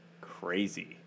crazy